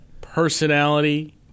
Personality